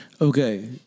Okay